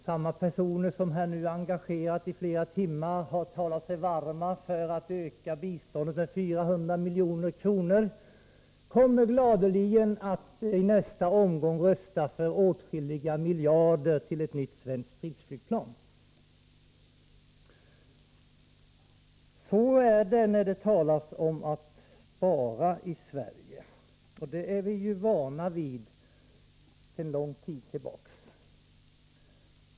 Samma personer som nu i flera timmar engagerat har talat sig varma för att öka biståndet med 400 milj.kr. kommer gladeligen att rösta för åtskilliga miljarder till ett nytt svenskt stridsflygplan. Så är det när det talas om att spara i Sverige. Detta är vi vana vid sedan lång tid tillbaka.